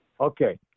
Okay